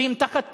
כי הם תחת כיבוש,